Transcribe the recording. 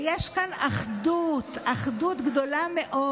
ויש כאן אחדות, אחדות גדולה מאוד,